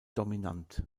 dominant